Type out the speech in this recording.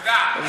תודה.